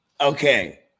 Okay